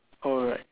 alright